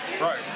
Right